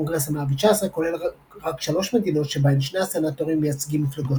הקונגרס ה-119 כולל רק שלוש מדינות שבהן שני הסנאטורים מייצגים מפלגות